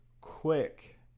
quick